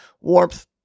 warmth